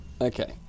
Okay